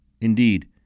Indeed